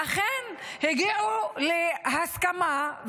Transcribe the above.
ואכן הם הגיעו להסכמה,